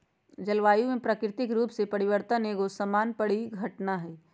जलवायु में प्राकृतिक रूप से परिवर्तन एगो सामान्य परिघटना हइ